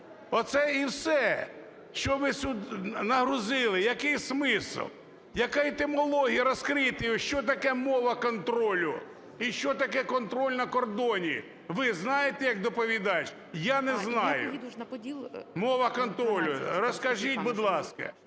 Оце і все. Що ви нагрузили? Який смисл? Яка етимологія? Розкрийте її. Що таке "мова контролю"? І що таке "контроль на кордоні"? Ви знаєте як доповідач? Я не знаю. Мова контролю. Розкажіть, будь ласка.